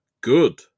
good